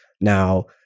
Now